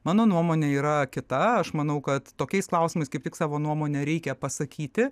mano nuomonė yra kita aš manau kad tokiais klausimais kaip tik savo nuomonę reikia pasakyti